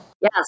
Yes